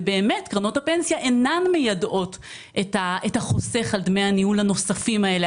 ובאמת קרנות הפנסיה אינן מיידעות את החוסך על דמי הניהול הנוספים האלה,